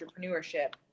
entrepreneurship